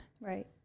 Right